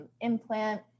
implant